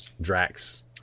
Drax